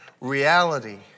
reality